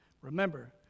Remember